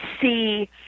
see